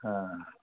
हां